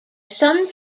some